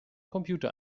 computer